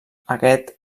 aquest